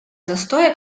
застоя